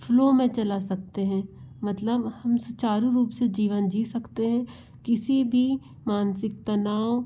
flow में चला सकते हैं मतलब हम सुचारु रूप से जीवन जी सकते हैं किसी भी मानसिक तनाव